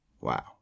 Wow